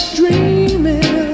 dreaming